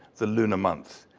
the lunar month,